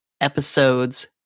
episodes